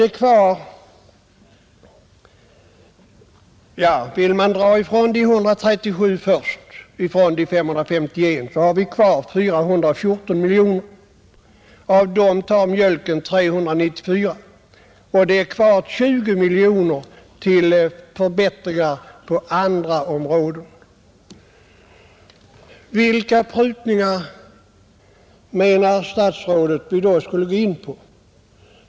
Drar vi först de 137 miljonerna från de SS51 miljonerna, blir det kvar 414 miljoner. Av dem tar mjölken 394 miljoner, och då återstår bara 20 miljoner kronor till förbättringar på andra områden. Vilka prutningar menar statsrådet att vi då skall göra?